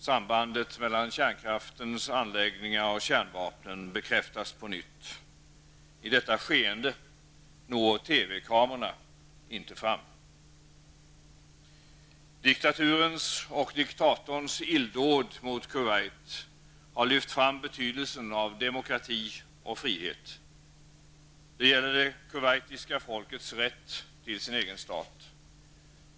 Sambandet mellan kärnkraftens anläggningar och kärnvapen bekräftas på nytt. I detta skeende når TV kamerorna inte fram. Diktaturens och diktatorns illdåd mot Kuwait har lyft fram betydelsen av demokrati och frihet. Det gäller det kuwaitiska folkets rätt till sin egen stat.